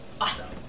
Awesome